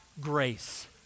grace